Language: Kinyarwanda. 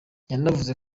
yanavuze